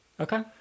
Okay